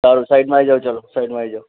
સારું સાઇડમાં આવી જાવ ચલો સાઇડમાં આવી જાવ